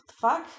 fuck